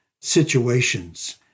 situations